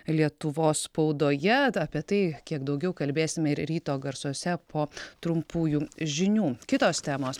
lietuvos spaudoje apie tai kiek daugiau kalbėsime ir ryto garsuose po trumpųjų žinių kitos temos